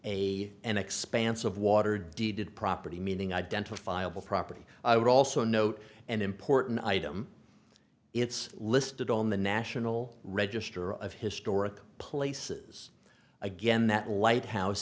a an expanse of water deeded property meaning identifiable property i would also note an important item it's listed on the national register of historic places again that lighthouse